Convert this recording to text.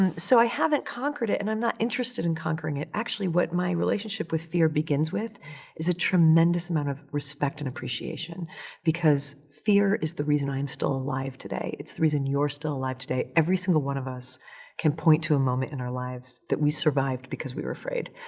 and so i haven't conquered it and i'm not interested in conquering it. actually, what my relationship with fear begins with is a tremendous amount of respect and appreciation because fear is the reason i am still alive today. it's the reason you're still alive today. every single one of us can point to a moment in our lives that we survived because we were afraid.